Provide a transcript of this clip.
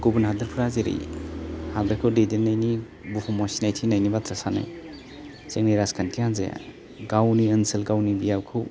गुबुन हादरफ्रा जेरै हादरखौ दैदेननायनि बुहुमाव सिनायथि होनायनि बाथ्रा सानो जोंनि राजखान्थि हान्जाया गावनि ओनसोल गावनि बियाबखौ